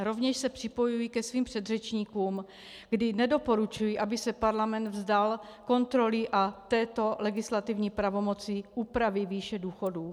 Rovněž se připojuji ke svým předřečníkům, kdy nedoporučuji, aby se Parlament vzdal kontroly a této legislativní pravomoci úpravy výše důchodů.